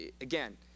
again